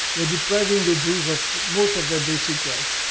we're depriving the jews of most of their basic rights.